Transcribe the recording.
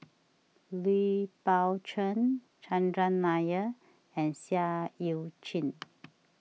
Lui Pao Chuen Chandran Nair and Seah Eu Chin